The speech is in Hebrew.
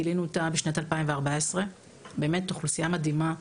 גילינו בשנת 2014. אוכלוסיה מדהימה,